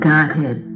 Godhead